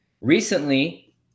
Recently